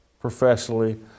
professionally